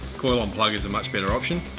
coil on plug is a much better option.